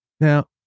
Now